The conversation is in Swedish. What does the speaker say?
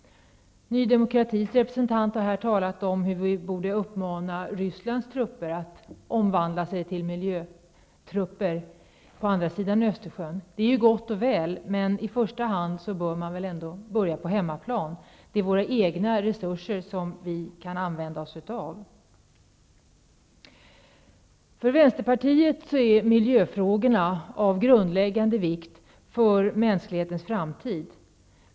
Ny demokrat representant har här talat om hur vi borde uppmana Rysslands trupper att omvandla sig till miljötrupper på andra sidan Östersjön. Det är gott och väl. Men man bör väl ändå i första hand börja på hemmaplan. Det är våra egna resurser som vi kan använda oss av. För vänsterpartiet är miljöfrågorna av grundläggande betydelse för mänsklighetens framtid.